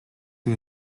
who